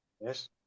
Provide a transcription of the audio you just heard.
yes